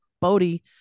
Bodhi